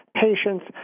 patients